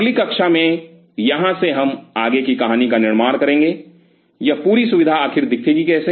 तो हमारी अगली कक्षा में यहाँ से हम आगे कहानी का निर्माण करेंगे यह पूरी सुविधा आखिर कैसे दिखेगी